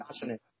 passionate